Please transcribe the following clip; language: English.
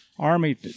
Army